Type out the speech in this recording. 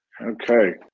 Okay